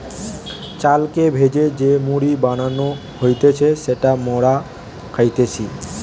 চালকে ভেজে যে মুড়ি বানানো হতিছে যেটা মোরা খাইতেছি